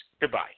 goodbye